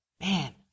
man